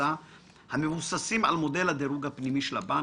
הקבוצה המבוססים על מודל הדירוג הפנימי של הבנק,